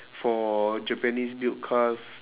for japanese built cars